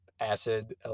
Acid